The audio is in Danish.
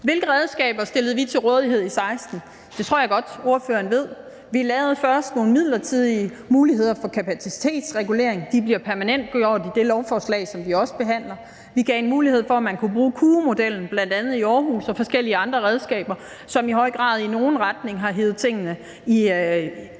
Hvilke redskaber stillede vi til rådighed i 2016? Det tror jeg godt at spørgeren ved. Vi lavede først nogle midlertidige muligheder for kapacitetsregulering. De bliver permanentgjort i det lovforslag, som vi også behandler. Vi gav mulighed for, at man kunne bruge KUO-modellen i bl.a. Aarhus, og der var forskellige andre redskaber, som i høj grad på nogle punkter har hevet tingene i